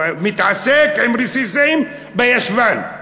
או מתעסק עם רסיסים בישבן,